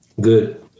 good